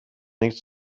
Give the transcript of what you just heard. nicht